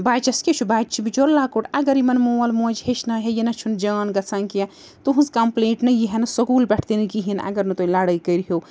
بَچَس کیٛاہ چھُ بَچہِ چھِ بچور لۄکُٹ اگر یِمَن مول موج ہیٚچھنایہے یہِ نہ چھُنہٕ جان گژھان کیٚنٛہہ تُہٕنٛز کَمپٕلینٛٹ نہ یی ہہ نہٕ سکوٗل پٮ۪ٹھ تہِ نہٕ کِہیٖنۍ اگر نہٕ تُہۍ لڑٲے کٔرۍہیوٗ